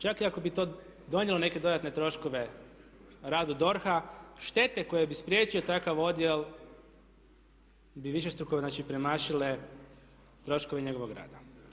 Čak i ako bi to donijelo neke dodatne troškove radu DORH-a, štete koje bi spriječio takav odjel bi višestruko znači premašile troškove njegovog rada.